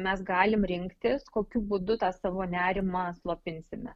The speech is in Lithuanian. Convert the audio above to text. mes galim rinktis kokiu būdu tą savo nerimą slopinsime